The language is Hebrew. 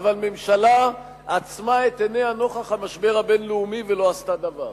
אבל הממשלה עצמה את עיניה נוכח המשבר הבין-לאומי ולא עשתה דבר.